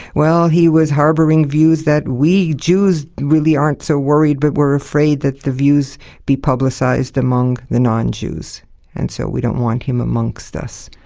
well, he was harbouring views that we jews we aren't so worried, but we're afraid that the views be publicised among the non-jews and so we don't want him amongst us.